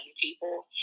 people